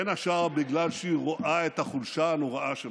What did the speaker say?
בין השאר בגלל שהיא רואה את החולשה הנוראה שלכם.